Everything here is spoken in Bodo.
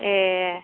ए